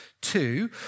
Two